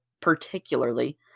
particularly